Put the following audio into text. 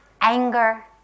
anger